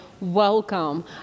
welcome